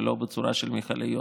ולא בצורה של מכליות.